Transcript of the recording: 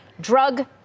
drug